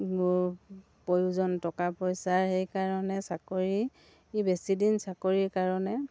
প্ৰয়োজন টকা পইচা সেইকাৰণে চাকৰি বেছি দিন চাকৰিৰ কাৰণে